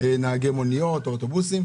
נהגי מוניות או אוטובוסים.